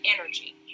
energy